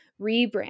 rebrand